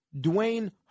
Dwayne